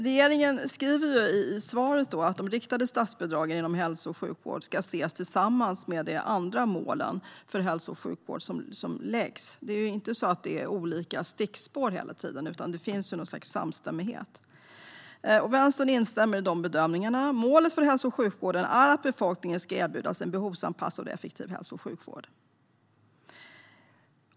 Regeringen skriver i svaret att de riktade statsbidragen inom hälso och sjukvård ska ses tillsammans med de andra målen för hälso och sjukvården. Det är inte olika stickspår hela tiden, utan det finns något slags samstämmighet. Vänstern instämmer i dessa bedömningar. Målet för hälso och sjukvården är att befolkningen ska erbjudas en behovsanpassad och effektiv hälso och sjukvård.